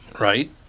right